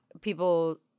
people